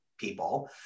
people